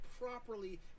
properly